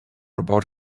about